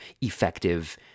effective